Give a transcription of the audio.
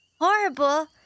horrible